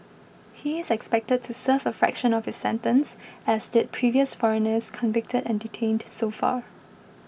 he is expected to serve a fraction of his sentence as did previous foreigners convicted and detained so far